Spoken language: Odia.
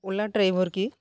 ଓଲା ଡ୍ରାଇଭର୍ କି